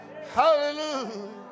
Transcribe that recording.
Hallelujah